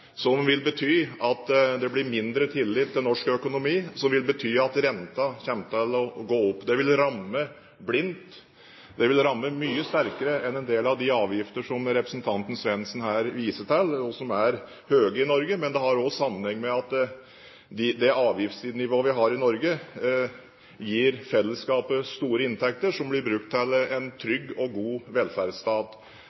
vil bety at det blir mindre tillit til norsk økonomi, det vil bety at renten kommer til å gå opp. Det vil ramme blindt, og det vil ramme mye sterkere enn en del av de avgiftene som representanten Svendsen her viser til, og som er høye i Norge. Det har òg sammenheng med at det avgiftsnivået vi har i Norge, gir fellesskapet store inntekter som blir brukt til en